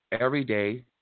everyday